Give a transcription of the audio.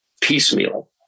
piecemeal